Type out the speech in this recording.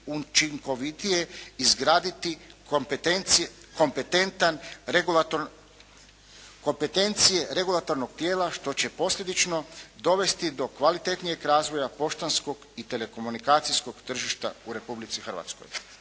učinkovitije izgraditi kompetencije regulatornog tijela što će posljedično dovesti do kvalitetnijeg razvoja poštanskog i telekomunikacijskog tržišta u Republici Hrvatskoj.